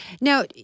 Now